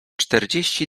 czterdzieści